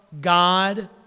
God